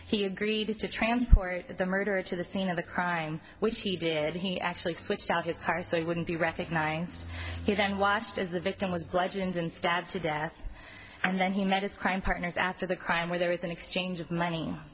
he agreed to transport the murderer to the scene of the crime which he did he actually switched out his car so he wouldn't be recognized he then watched as the victim was bludgeoned and stabbed to death and then he met his crime partners after the crime where there was an exchange of money